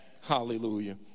Hallelujah